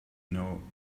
know